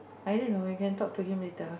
i don't know I can talk to him later